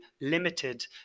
limited